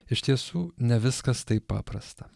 iš tiesų ne viskas taip paprasta